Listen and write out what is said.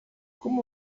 como